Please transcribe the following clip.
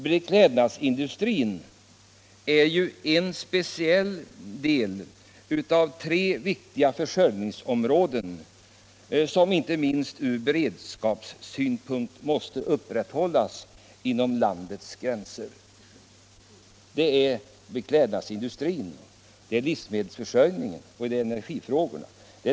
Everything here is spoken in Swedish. Beklädnadsindustrin är ett av tre speciellt viktiga försörjningsområden, som inte minst från beredskapssynpunkt måste upprätthållas inom landet. Dessa tre är beklädnadsindustrin, livsmedelsförsörjningen och energiförsörjningen.